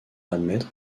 admettre